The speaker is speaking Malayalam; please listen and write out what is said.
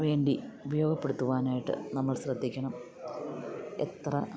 വേണ്ടി ഉപയോഗപ്പെടുത്തുവാനായിട്ട് നമ്മൾ ശ്രദ്ധിക്കണം എത്ര